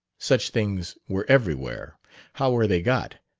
such things were everywhere how were they got,